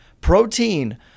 Protein